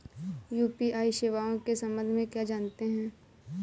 UPI सेवाओं के संबंध में क्या जानते हैं?